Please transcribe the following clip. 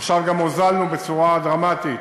עכשיו גם הורדנו בצורה דרמטית